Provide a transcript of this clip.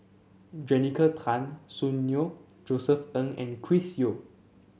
Jessica Tan Soon Neo Josef Ng and Chris Yeo